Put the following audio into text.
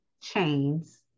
chains